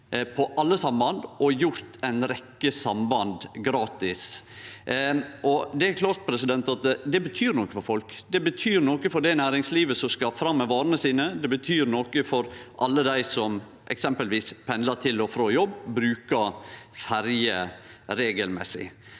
på alle samband og gjort ei rekkje samband gratis. Det betyr noko for folk. Det betyr noko for det næringslivet som skal fram med varene sine, og det betyr noko for alle dei som eksempelvis pendlar til og frå jobb og brukar ferje regelmessig.